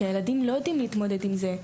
כי הילדים לא יודעים להתמודד עם זה.